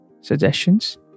suggestions